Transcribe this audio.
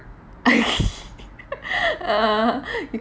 ah